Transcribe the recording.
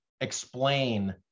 explain